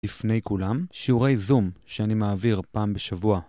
לפני כולם, שיעורי זום שאני מעביר פעם בשבוע.